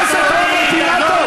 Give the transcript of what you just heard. חבר הכנסת רוברט אילטוב,